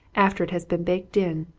after it has been baked in.